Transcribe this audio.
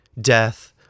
death